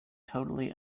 totally